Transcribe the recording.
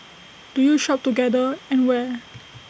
do you shop together and where